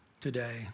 today